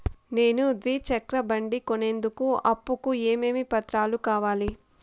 నేను ద్విచక్ర బండి కొనేందుకు అప్పు కు ఏమేమి పత్రాలు కావాలి?